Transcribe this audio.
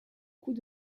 coûts